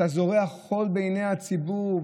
אתה זורה חול בעיני הציבור,